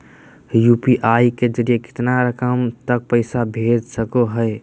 UPI के जरिए कितना रकम तक पैसा भेज सको है?